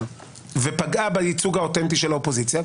ופגעה בייצוג האוטנטי של האופוזיציה,